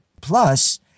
Plus